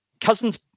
cousin's